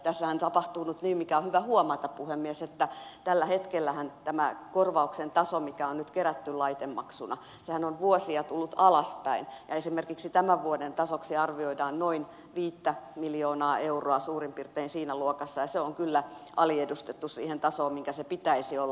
tässähän tapahtuu nyt niin mikä on hyvä huomata puhemies että tällä hetkellähän tämä korvauksen taso mikä on nyt kerätty laitemaksuna on vuosia tullut alaspäin ja esimerkiksi tämän vuoden tasoksi arvioidaan noin viittä miljoonaa euroa suurin piirtein siinä luokassa ja se on kyllä aliedustettu siihen tasoon verrattuna mikä sen pitäisi olla